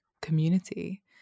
community